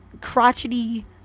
crotchety